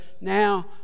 now